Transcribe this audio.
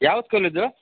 ಯಾವ ಸ್ಕೂಲ್ ಇದು